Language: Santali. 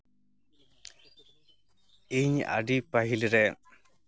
ᱤᱧ ᱟᱹᱰᱤ ᱯᱟᱹᱦᱤᱞ ᱨᱮ